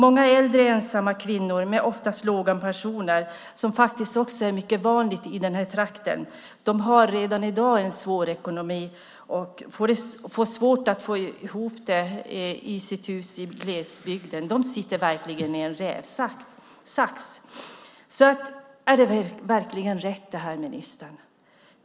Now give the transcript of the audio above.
Många äldre, ensamma kvinnor med oftast låga pensioner, som faktiskt också är mycket vanligt i den trakten, har redan i dag en svår ekonomi och får svårt att få ihop det i sitt hus i glesbygden. De sitter verkligen i en rävsax. Är det här verkligen rätt, ministern?